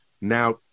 Now